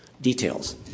details